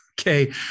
Okay